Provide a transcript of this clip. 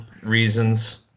reasons